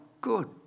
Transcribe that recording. good